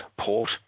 port